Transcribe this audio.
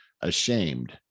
Ashamed